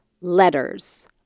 letters